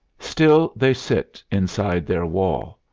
still they sit inside their wall.